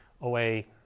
away